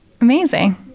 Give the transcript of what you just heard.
Amazing